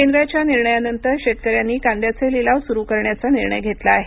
केंद्राच्या निर्णयानंतर शेतकऱ्यांनी कांद्याचे लिलाव सुरू करण्याचा निर्णय घेतला आहे